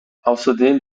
außerdem